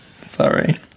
Sorry